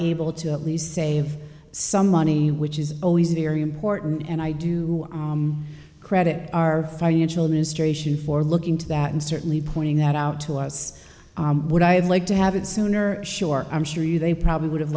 able to at least save some money which is always a very important and i do credit our financial ministration for looking to that and certainly pointing that out to us what i'd like to have it sooner sure i'm sure you they probably would have